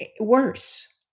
worse